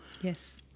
Yes